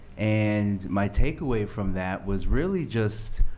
and my takeaway from that was really just,